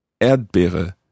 Erdbeere